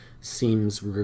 seems